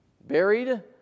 Buried